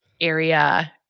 Area